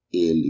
Ele